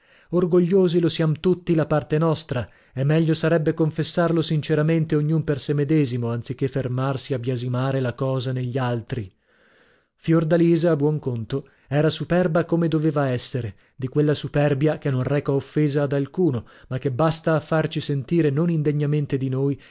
orgogliosi lo siam tutti la parte nostra e meglio sarebbe confessarlo sinceramente ognuno per sè medesimo anzi che fermarsi a biasimare la cosa negli altri fiordalisa a buon conto era superba come doveva essere di quella superbia che non reca offesa ad alcuno ma che basta a farci sentire non indegnamente di noi